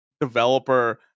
developer